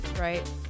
Right